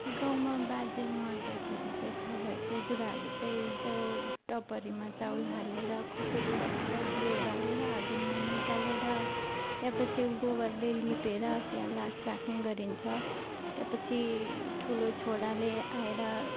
गाउँमा बाजे मर्दाखेरि चाहिँ थाहा भएको कुरा चाहिँ जो टपरीमा चामल होलेर खुकुरी राखेर दियो बालेर आँगनमा निकालेर त्यहाँ पछि गोबरले लिपेर त्यहाँ लाश राख्ने गरिन्छ त्यहाँ पछि ठुलो छोराले आएर